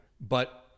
But-